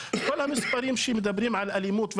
אז כל המספרים שמצביעים על אלימות,